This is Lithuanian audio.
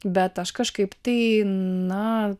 bet aš kažkaip tai na